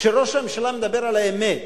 כשראש הממשלה מדבר על האמת,